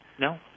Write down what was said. no